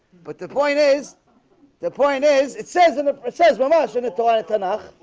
but the point is the point is it says it it says no my shoulda thought it enough